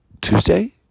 tuesday